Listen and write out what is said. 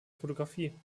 fotografie